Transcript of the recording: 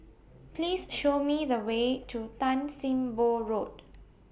Please Show Me The Way to Tan SIM Boh Road